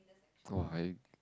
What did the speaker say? I